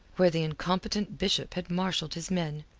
where the incompetent bishop had marshalled his men,